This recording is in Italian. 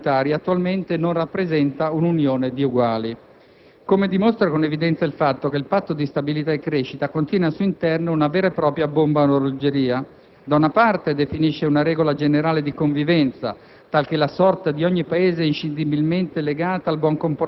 In Europa non si è neppure in presenza di un solo modello economico-sociale, come lamenta Erik Jones, ma addirittura di quattro, secondo il calcolo di André Sapir. Ogni zona, se non ogni Stato, dispone di un suo modello e lo difende. La realtà è che «l'EMU attualmente non rappresenta una unione di uguali».